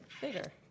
bigger